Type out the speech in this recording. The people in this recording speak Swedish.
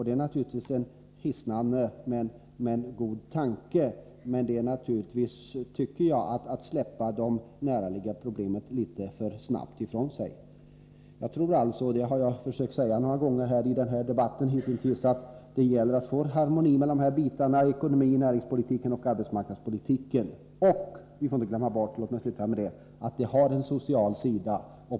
Det är naturligtvis en god men hisnande tanke, men jag tycker att det är att släppa de näraliggande problemen litet för snabbt ifrån sig. Jag tror alltså — och det har jag försökt säga några gånger i den här debatten —att det gäller att få harmoni mellan näringspolitiken och arbetsmarknadspolitiken och att vi inte får glömma bort — låt mig sluta med det — att politiken har en social sida.